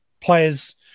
players